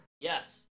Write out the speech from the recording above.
Yes